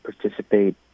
participate